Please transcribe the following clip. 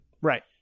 Right